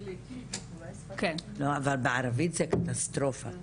בערבית זה קטסטרופה,